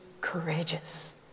courageous